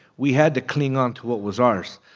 we had to cling onto what was ours.